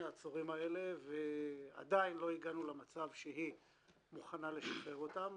העצורים האלה ועדיין לא הגענו למצב שהיא מוכנה לשחרר אותם.